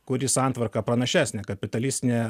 kuri santvarka pranašesnė kapitalistinė